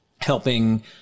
helping